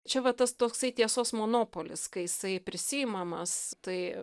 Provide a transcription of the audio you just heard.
čia va tas toksai tiesos monopolis kai jisai prisiimamas tai